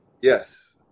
Yes